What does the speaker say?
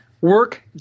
Work